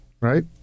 right